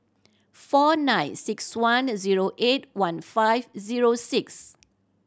four nine six one zero eight one five zero six